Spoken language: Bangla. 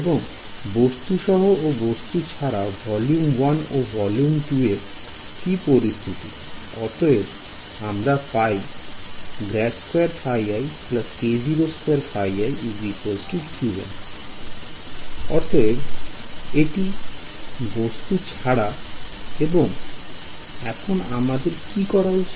এবং বস্তু শহ ও বস্তু ছাড়া ভলিউম ওয়ান ও ভলিউম টু এর কি পরিস্থিতি I অতএব আমরা পাই যেখানে অতএব এটি বস্তু ছাড়া এবং এখন আমাদের কি করা উচিত